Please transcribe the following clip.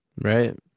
Right